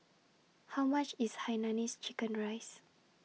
How much IS Hainanese Chicken Rice